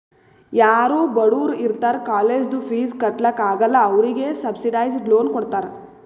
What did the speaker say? ಯಾರೂ ಬಡುರ್ ಇರ್ತಾರ ಕಾಲೇಜ್ದು ಫೀಸ್ ಕಟ್ಲಾಕ್ ಆಗಲ್ಲ ಅವ್ರಿಗೆ ಸಬ್ಸಿಡೈಸ್ಡ್ ಲೋನ್ ಕೊಡ್ತಾರ್